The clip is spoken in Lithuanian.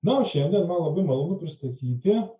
nao šiandien man labai malonu pristatyti